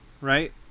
Right